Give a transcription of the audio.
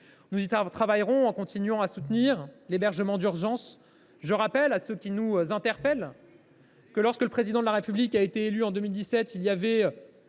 Nous y travaillerons aussi en continuant à soutenir le logement d’urgence. Je rappelle à ceux qui nous interpellent que, lorsque le Président de la République a été élu en 2017,… Vous étiez